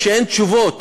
כשאין תשובות,